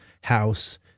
house